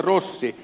rossi